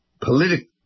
political